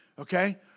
Okay